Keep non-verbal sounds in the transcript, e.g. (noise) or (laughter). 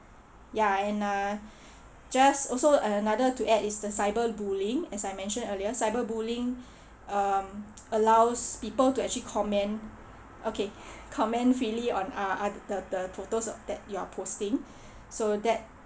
ya and uh (breath) just also another to add is the cyber bullying as I mentioned earlier cyber bullying (breath) um allows people to actually comment okay (breath) comment freely on uh uh the the photos that you are posting (breath) so that